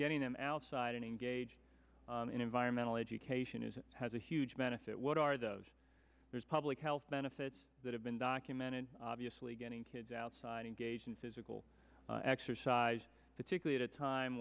getting them outside and engage in environmental education is has a huge benefit what are the there's public health benefits that have been documented obviously getting kids outside engage in physical exercise particular at a time